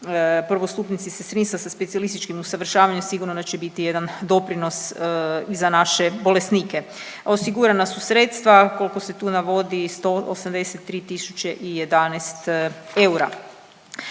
prvostupnici sestrinstva sa specijalističkim usavršavanjem sigurno da će biti jedan doprinos i za naše bolesnike. Osigurana su sredstva, koliko se tu navodi, 183 011 eura.